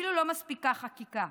ואפילו לא מספיקה חקיקה,